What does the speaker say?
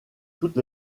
toutes